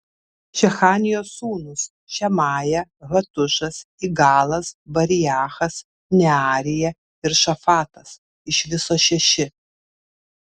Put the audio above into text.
šechanijos sūnūs šemaja hatušas igalas bariachas nearija ir šafatas iš viso šeši